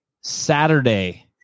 Saturday